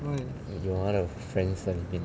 有她的 friends 在那边